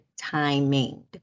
timing